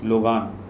Logan